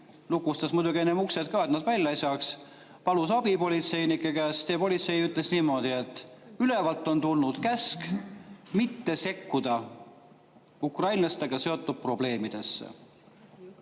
Lukustas muidugi enne uksed ka, et nad välja ei saaks. Palus abi politseinike käest ja politsei ütles niimoodi, et ülevalt on tulnud käsk mitte sekkuda ukrainlastega seotud probleemidesse.